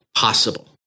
possible